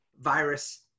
virus